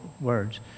words